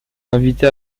invité